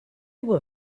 were